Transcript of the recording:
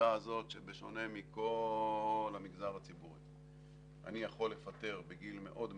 העובדה הזאת שבשונה מכל המגזר הציבורי אני יכול לפטר בגיל מאוד מאוחר,